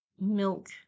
Milk